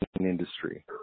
industry